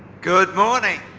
good morning.